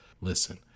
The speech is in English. Listen